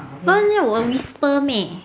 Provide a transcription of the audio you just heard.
不然要我 whisper meh